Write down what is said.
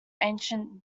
ancient